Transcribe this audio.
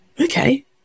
okay